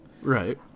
Right